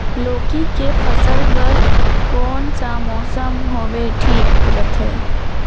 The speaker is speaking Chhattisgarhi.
लौकी के फसल बार कोन सा मौसम हवे ठीक रथे?